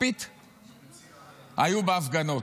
היו בהפגנות,